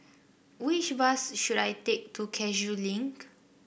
which bus should I take to Cashew Link